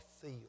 feel